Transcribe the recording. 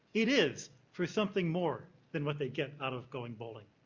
it is for something more than what they get out of going bowling.